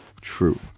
true